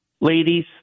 ladies